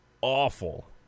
awful